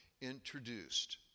introduced